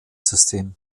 system